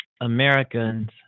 Americans